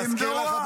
להזכיר לך,